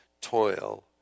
toil